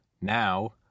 now